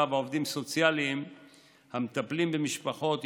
ולעובדים סוציאליים המטפלים במשפחות,